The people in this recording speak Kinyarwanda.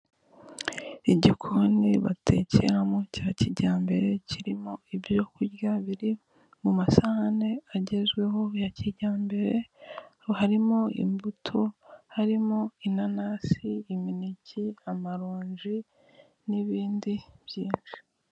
Igikoni batekeramo cya kijyambere kirimo ibyo kurya biri mu masahane agezweho ya kijyambere harimo imbuto, harimo inanasi, imineke, amaronji n'ibindi byinshi.